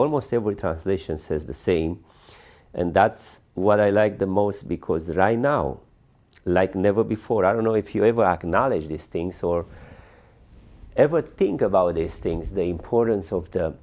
sions says the same and that's what i like the most because right now like never before i don't know if you ever acknowledge these things or ever think about these things the importance of